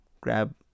grab